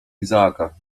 izaaka